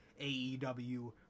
AEW